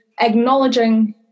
acknowledging